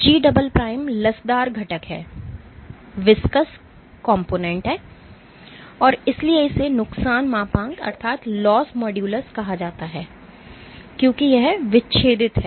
G "लसदार घटक है और इसलिए इसे नुकसान मापांक कहा जाता है क्योंकि यह विच्छेदित है